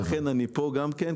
ולכן אני פה גם כן,